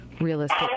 realistic